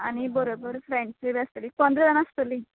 आनी बरोबर फ्रेंड्स बी आसतलीं पंदरा जाणां आसतली